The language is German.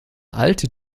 alte